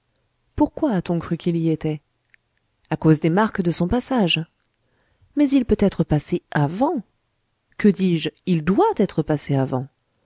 pourquoi a-t-on cru qu'il y était à cause des marques de son passage mais il peut être passé avant que dis-je il doit être passé avant